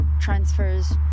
transfers